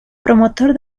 promotor